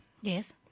Yes